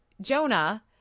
Jonah